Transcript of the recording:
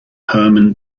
herman